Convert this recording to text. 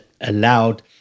allowed